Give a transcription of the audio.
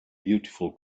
beautiful